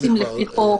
למשל עו"סים לפי חוק,